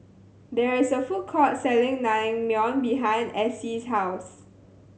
there is a food court selling Naengmyeon behind Acey's house